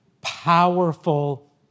powerful